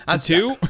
two